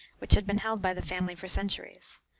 which had been held by the family for centuries.